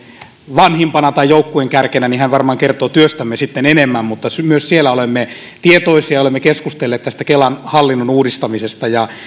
vanhimpana tai joukkueen kärkenä varmaan kertoo työstämme sitten enemmän mutta myös siellä olemme tietoisia ja olemme keskustelleet tästä kelan hallinnon uudistamisesta ja